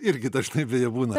irgi dažnai beje būna